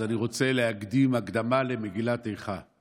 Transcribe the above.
אני רוצה להקדים הקדמה למגילת איכה.